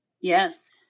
Yes